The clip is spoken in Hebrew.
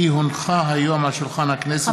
כי הונחה היום על שולחן הכנסת לקריאה ראשונה מטעם הכנסת,